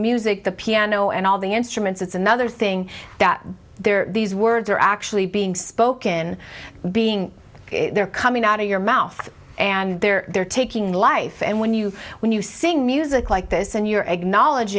music the piano and all the instruments it's another thing that there are these words are actually being spoken being they're coming out of your mouth and they're they're taking life and when you when you sing music like this and you